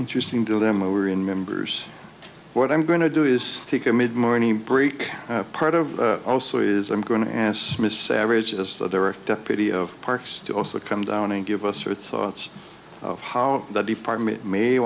interesting to them over in members what i'm going to do is take a mid morning break part of also is i'm going to ask miss savage as the direct deputy of parks to also come down and give us your thoughts of how the department may